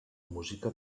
música